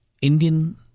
Indian